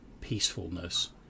peacefulness